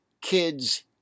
kids